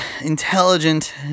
Intelligent